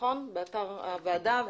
באתר הוועדה,